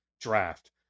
draft